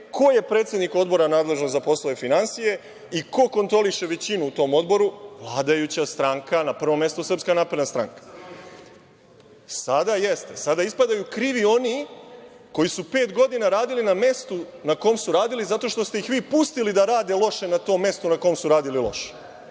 Ko je predsednik Odbora nadležan za poslove finansija i ko kontroliše većinu u tom Odboru? Vladajuća stranka, na prvom mestu Srpska napredna stranke. Sada ispadaju krivi oni koji su pet godina radili na mestu na kojem su radili zato što ste ih vi pustili da rade loše na tom mestu na kojem su radili loše.